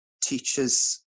teachers